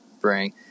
bring